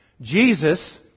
Jesus